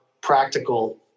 practical